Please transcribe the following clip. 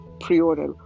pre-order